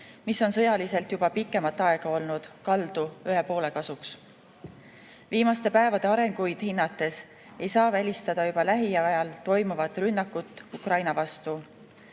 mis on sõjaliselt juba pikemat aega olnud kaldu ühe poole kasuks. Viimaste päevade arenguid hinnates ei saa välistada juba lähiajal toimuvat rünnakut Ukraina vastu.